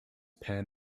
pan